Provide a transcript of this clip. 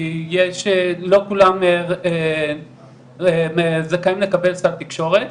כי לא כולם זכאים לקבל סל תקשורת.